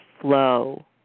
flow